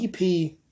EP